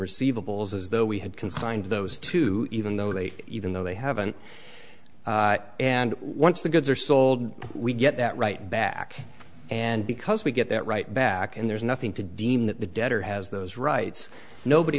receivables as though we had consigned those to even though they even though they haven't and once the goods are sold we get that right back and because we get that right back and there's nothing to deem that the debtor has those rights nobody